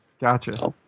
Gotcha